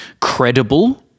credible